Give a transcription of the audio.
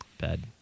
Bed